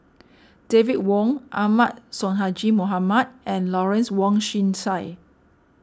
David Wong Ahmad Sonhadji Mohamad and Lawrence Wong Shyun Tsai